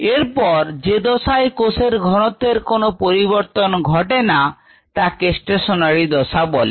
এরপর যে দশায় কোষের ঘনত্বের কোন পরিবর্তন ঘটে না তাকে স্টেশনারি দশা বলে